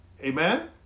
Amen